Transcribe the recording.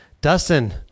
Dustin